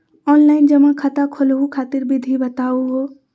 Online जमा खाता खोलहु खातिर विधि बताहु हो?